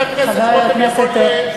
אנחנו תמיד נזכור את דבריו של חבר הכנסת,